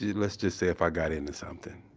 let's just say if i got into something.